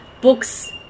books